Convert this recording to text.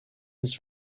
his